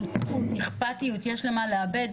שותפות, אכפתיות, יש למה לעבד.